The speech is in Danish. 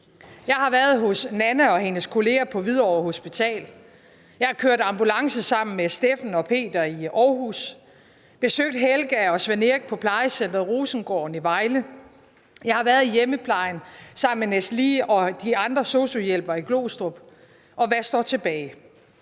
Jeg har været hos Nanna og hendes kollegaer på Hvidovre Hospital. Jeg har kørt ambulance sammen med Steffen og Peter i Aarhus, besøgt Helga og Svend Erik på plejecentret Rosengården i Vejle. Jeg har været i hjemmeplejen sammen med Nazle og de andre SOSU-hjælpere i Glostrup, og hvad står tilbage?